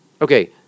Okay